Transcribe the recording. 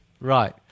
right